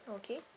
okay